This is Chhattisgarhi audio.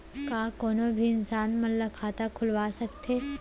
का कोनो भी इंसान मन ला खाता खुलवा सकथे?